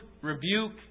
rebuke